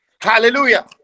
hallelujah